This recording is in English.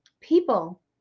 People